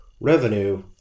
revenue